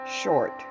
short